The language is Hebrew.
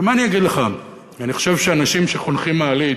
ומה אני אגיד לך, אני חושב שאנשים שחונכים מעלית